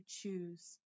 choose